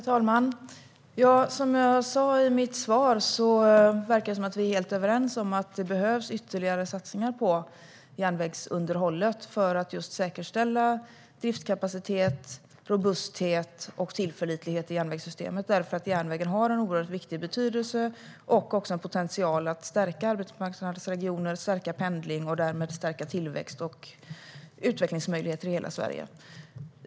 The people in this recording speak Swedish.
Herr talman! Som jag sa i mitt svar verkar vi vara helt överens om att det behövs ytterligare satsningar på järnvägsunderhållet för att säkerställa driftskapacitet, robusthet och tillförlitlighet i järnvägssystemet. Järnvägen har en oerhört stor betydelse och potential att stärka arbetsmarknadsregioner, att stärka pendling och att därmed stärka tillväxt och utvecklingsmöjligheter i hela Sverige.